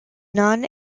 non